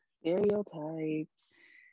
stereotypes